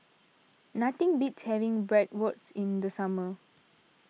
nothing beats having Bratwurst in the summer